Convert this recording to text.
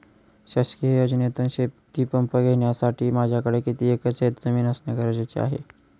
शासकीय योजनेतून शेतीपंप घेण्यासाठी माझ्याकडे किती एकर शेतजमीन असणे गरजेचे आहे?